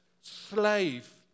slave